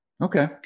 Okay